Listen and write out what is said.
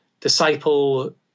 disciple